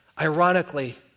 ironically